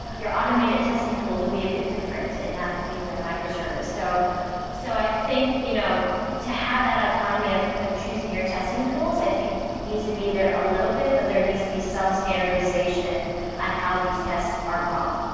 your automated testing tools will be a bit different in that particular microservice so so i think you know to have that autonomy of of choosing your testing tools i think needs to be there a little bit but there needs to be some standardization on how these tests are run.